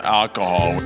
alcohol